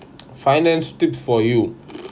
finance tips for you